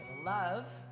love